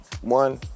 One